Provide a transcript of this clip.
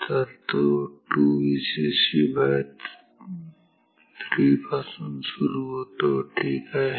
तर तो 2Vcc3 पासून सुरु होतो ठीक आहे